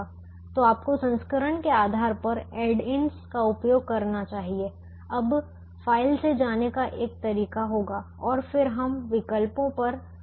तो आपको संस्करण के आधार पर ऐड इन्स का उपयोग करना चाहिए अब फ़ाइल से जाने का एक तरीका होगा और फिर हम विकल्पों ऑप्शंसoptions पर गौर कर सकते हैं